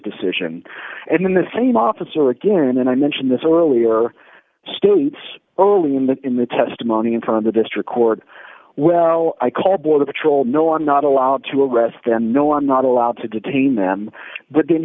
decision and then the same officer again and i mentioned this earlier still it's early in the in the testimony in front of the district court well i call border patrol no are not allowed to arrest and no i'm not allowed to detain them but then